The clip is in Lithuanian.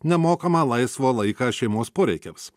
nemokamą laisvo laiką šeimos poreikiams